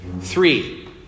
Three